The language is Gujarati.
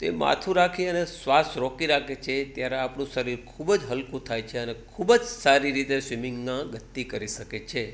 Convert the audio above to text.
તો એ માથું રાખી અને શ્વાસ રોકી રાખે છે ત્યારે આપણું શરીર ખૂબ જ હલ્કું થાય છે અને ખૂબ જ સારી રીતે સ્વિમિંગમાં ગતિ કરી શકે છે